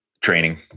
training